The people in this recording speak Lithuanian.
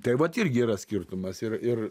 tai vat irgi yra skirtumas ir ir